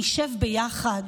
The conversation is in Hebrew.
נשב ביחד,